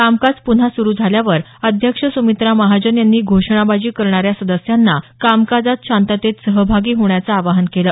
कामकाज प्न्हा सुरू झाल्यावर अध्यक्ष सुमित्रा महाजन यांनी घोषणाबाजी करणाऱ्या सदस्यांना कामकाजात शांततेत सहभागी होण्याचं आवाहन केलं